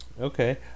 Okay